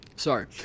Sorry